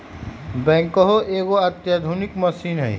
backhoe एगो आधुनिक machine हइ